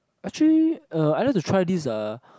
actually uh I like to try this uh